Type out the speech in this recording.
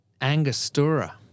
Angostura